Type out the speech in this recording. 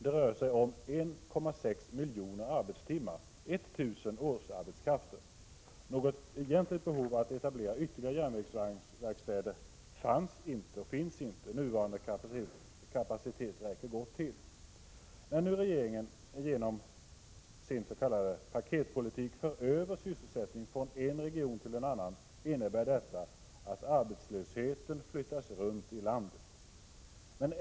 Det rör sig om 1,6 miljoner arbetstimmar, eller 1 000 årsarbetskrafter. Något egentligt behov av att etablera ytterligare järnvägsvagnsverkstäder fanns och finns inte, då nuvarande kapacitet gott räcker till. När nu regeringen genom sin s.k. paketpolitik för över sysselsättning från en region till en annan innebär detta att arbetslösheten flyttas runt i landet.